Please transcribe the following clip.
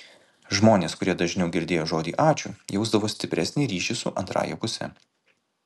žmonės kurie dažniau girdėjo žodį ačiū jausdavo stipresnį ryšį su antrąja puse